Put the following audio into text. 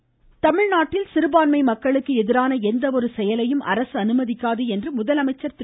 முதலமைச்சர் தமிழ்நாட்டில் சிறுபான்மை மக்களுக்கு எதிரான எந்தவொரு செயலையும் அரசு அனுமதிக்காது என்று முதலமைச்சர் திரு